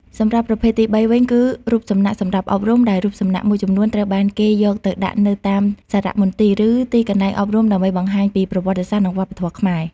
សម្រាប់ប្រភេទទីបីវិញ គឺរូបសំណាកសម្រាប់អប់រំ ដែលរូបសំណាកមួយចំនួនត្រូវបានគេយកទៅដាក់នៅតាមសារមន្ទីរ ឬទីកន្លែងអប់រំដើម្បីបង្ហាញពីប្រវត្តិសាស្ត្រ និងវប្បធម៌ខ្មែរ។